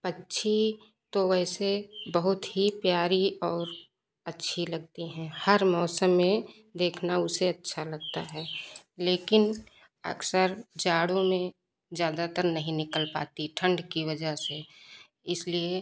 पक्षी तो वैसे बहुत ही प्यारी और अच्छी लगती हैं हर मौसम में देखना उसे अच्छा लगता है लेकिन अक्सर जाड़ों में ज़्यादातर नहीं निकल पाती ठंड की वजह से इसलिए